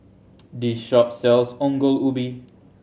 this shop sells Ongol Ubi